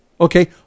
Okay